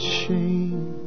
shame